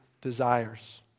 desires